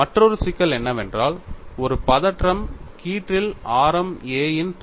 மற்றொரு சிக்கல் என்னவென்றால் ஒரு பதற்றம் கீற்றில் ஆரம் a இன் துளை